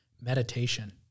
Meditation